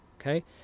Okay